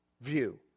view